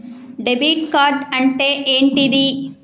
Debit card అంటే ఏంటిది?